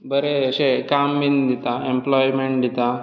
बरें अशें काम बी दिता एम्पलॉयमॅंट दिता